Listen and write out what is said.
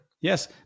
Yes